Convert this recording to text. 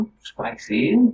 spicy